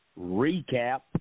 recap